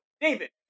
David